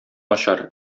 начар